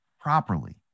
properly